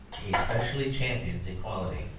he specially champions equality.